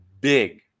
big